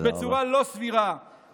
בצורה לא סבירה.